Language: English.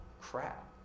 crap